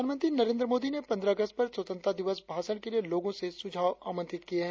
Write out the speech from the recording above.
प्रधानमंत्री नरेंद्र मोदी ने पंद्रह अगस्त पर स्वतंत्रता दिवस भाषण के लिए लोगों से सुझाव आमंत्रित किए है